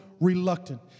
reluctant